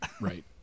right